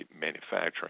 manufacturing